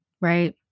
right